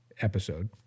episode